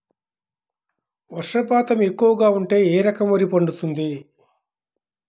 వర్షపాతం ఎక్కువగా ఉంటే ఏ రకం వరి పండుతుంది?